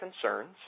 concerns